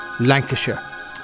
Lancashire